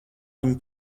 viņi